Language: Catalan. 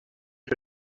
que